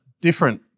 different